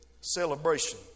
celebration